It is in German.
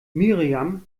miriam